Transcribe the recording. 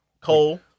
Cole